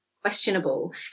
questionable